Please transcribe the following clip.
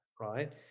right